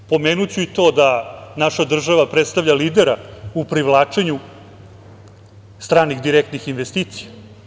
Pomenuću i to da naša država predstavlja lidera u privlačenju stranih direktnih investicija.